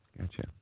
Gotcha